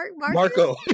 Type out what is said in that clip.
marco